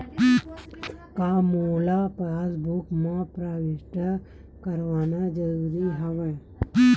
का मोला पासबुक म प्रविष्ट करवाना ज़रूरी हवय?